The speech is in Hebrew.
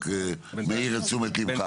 אני מעיר את תשומת ליבך.